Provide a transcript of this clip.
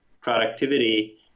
productivity